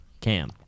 Cam